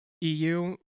EU